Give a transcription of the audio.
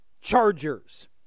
Chargers